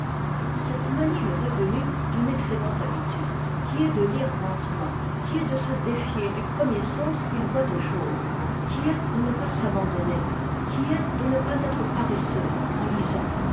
cette manie leur est venue d'une excellente habitude qui est de lire lentement qui est de se défier du premier sens qu'ils voient aux choses qui est de pas s'abandonner qui est de ne pas être paresseux en lisant